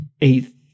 eighth